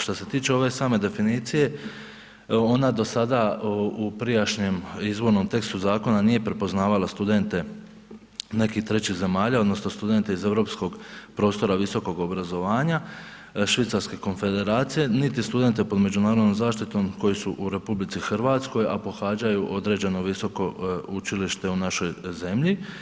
Što se tiče ove same definicije, ona do sada u prijašnjem izvornom tekstu zakona nije prepoznavala studente nekih trećih zemalja odnosno studente iz europskog prostora visokog obrazovanja, Švicarske Konfederacije, niti studente pod međunarodnom zaštitom koji su u RH, a pohađaju određeno visoko učilište u našoj zemlji.